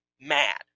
mad